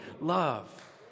love